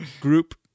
group